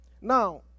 Now